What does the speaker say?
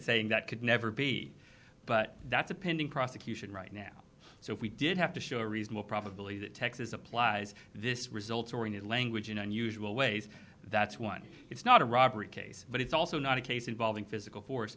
saying that could never be but that's a pending prosecution right now so if we did have to show a reasonable probability that texas applies this result oriented language in unusual ways that's one it's not a robbery case but it's also not a case involving physical force